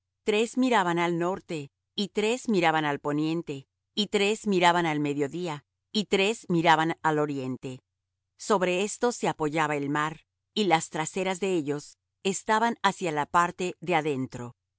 tres miraban al norte y tres miraban al poniente y tres miraban al mediodía y tres miraban al oriente sobre éstos se apoyaba el mar y las traseras de ellos estaban hacia la parte de adentro